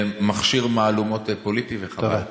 למכשיר מהלומות פוליטי, וחבל.